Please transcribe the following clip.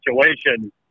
situation